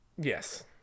Yes